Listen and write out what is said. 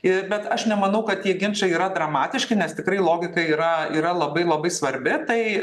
ir bet aš nemanau kad tie ginčai yra dramatiški nes tikrai logika yra yra labai labai svarbi tai